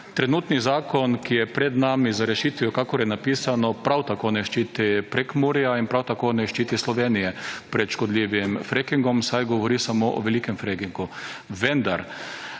Trenutni zakon, ki je pred nami z rešitvijo kakor je napisano prav tako ne ščiti Prekmurja in prav tako ne ščiti Slovenije pred škodljivim frackingom, saj govori samo o velikem frackingu. Vendar